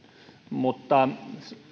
mutta